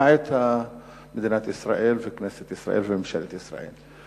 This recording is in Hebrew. למעט מדינת ישראל וכנסת ישראל וממשלת ישראל.